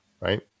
Right